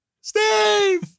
Steve